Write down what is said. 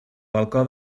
balcó